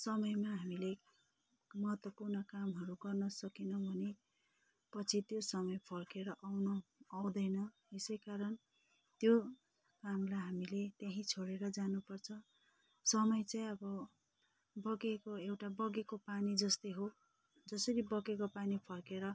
समयमा हामीले महत्त्वपूर्ण कामहरू गर्न सकेनौँ भने पछि त्यो समय फर्केर आउन आउँदैन यसै कारण त्यो कामलाई हामीले त्यहीँ छोडेर जानुपर्छ समय चाहिँ अब बगेको एउटा बगेको पानी जस्तै हो जसरी बगेको पानी फर्केर